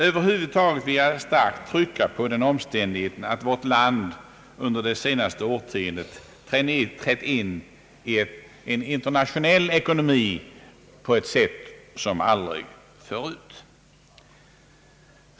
Över huvud taget vill jag starkt trycka på den omständigheten, att vårt land under det senaste årtiondet trätt in i en internationell ekonomi på ett sätt som aldrig förr.